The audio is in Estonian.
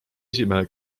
esimehe